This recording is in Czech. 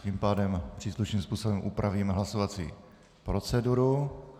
Tím pádem příslušným způsobem upravíme hlasovací proceduru.